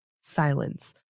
silence